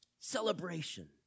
Celebration